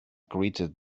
greeted